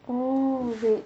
oh is it